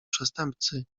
przestępcy